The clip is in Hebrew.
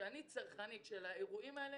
אני צרכנית של האירועים האלה.